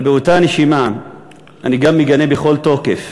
אבל באותה נשימה אני גם מגנה בכל תוקף